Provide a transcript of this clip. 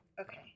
Okay